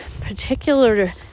particular